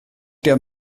der